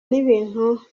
n’ibintu